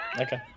Okay